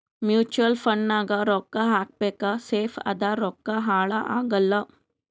mutual fund ನಾಗ್ ರೊಕ್ಕಾ ಹಾಕಬೇಕ ಸೇಫ್ ಅದ ರೊಕ್ಕಾ ಹಾಳ ಆಗಲ್ಲ